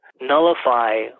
nullify